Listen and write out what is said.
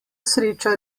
sreča